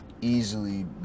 easily